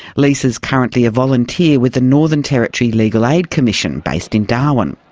lisa's currently a volunteer with the northern territory legal aid commission, based in darwin.